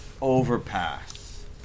overpass